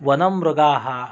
वनमृगाः